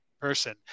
person